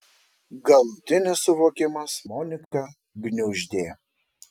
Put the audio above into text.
galutinis suvokimas moniką gniuždė